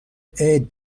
عید